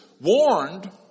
warned